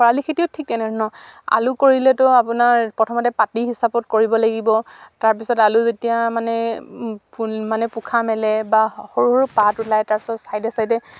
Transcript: খৰালি খেতিও ঠিক তেনেধৰণৰ আলু কৰিলেতো আপোনাৰ প্ৰথমতে পাতি হিচাপত কৰিব লাগিব তাৰপিছত আলু যেতিয়া মানে পোখা মেলে বা সৰু সৰু পাত ওলায় তাৰপিছত ছাইডে ছাইডে